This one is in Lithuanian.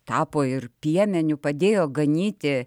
tapo ir piemeniu padėjo ganyti